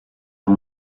amb